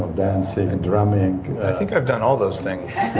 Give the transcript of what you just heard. dancing, and drumming i think i've done all those things